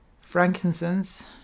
Frankincense